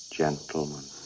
gentlemen